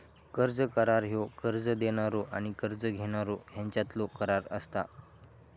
कर्ज करार ह्यो कर्ज देणारो आणि कर्ज घेणारो ह्यांच्यातलो करार असता